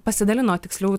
pasidalino tiksliau